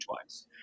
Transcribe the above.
twice